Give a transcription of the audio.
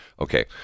okay